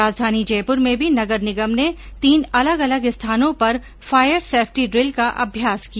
राजधानी जयपुर में भी नगर निगम ने तीन अलग अलग स्थानों पर फायर सेफ्टी ड्रिल का अभ्यास किया